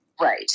right